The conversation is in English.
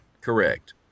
Correct